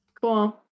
Cool